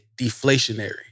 deflationary